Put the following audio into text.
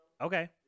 Okay